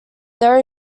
there